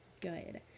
good